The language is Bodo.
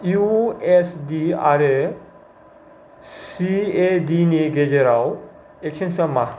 इउ एस डि आरो सि ए डि नि गेजेराव एक्चेन्सा मा